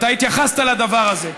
אתה התייחסת לדבר הזה,